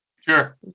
Sure